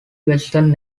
western